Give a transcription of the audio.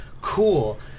Cool